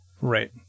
right